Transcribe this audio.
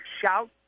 shout